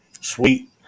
Sweet